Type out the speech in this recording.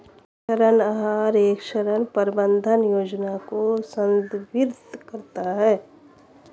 ऋण आहार एक ऋण प्रबंधन योजना को संदर्भित करता है